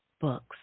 books